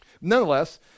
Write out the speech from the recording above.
Nonetheless